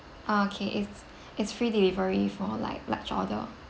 okay it's it's free delivery for like large order